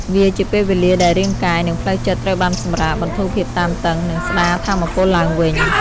វាជាពេលវេលាដែលរាងកាយ និងផ្លូវចិត្តត្រូវបានសម្រាក បន្ធូរភាពតានតឹង និងស្តារថាមពលឡើងវិញ។